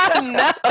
No